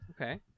okay